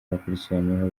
bakurikiranyweho